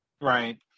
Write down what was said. Right